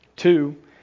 Two